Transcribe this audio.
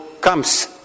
comes